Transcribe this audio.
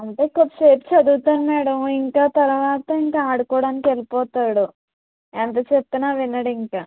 అంటే కొద్దిసేపు చదువుతాడు మేడమ్ ఇంకా తర్వాత ఇంకా ఆడుకోడానికెళ్ళిపోతాడు ఎంతచెప్తున్నా వినడు ఇంకా